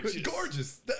Gorgeous